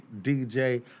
DJ